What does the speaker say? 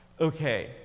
Okay